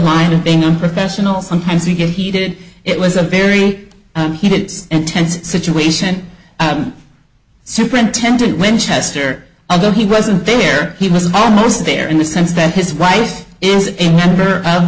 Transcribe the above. line of being unprofessional sometimes you get heated it was a very heated and tense situation superintendent winchester although he wasn't there he was almost there in the sense that his wife is a member of